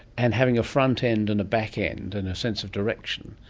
and having a front end and a back end and a sense of direction,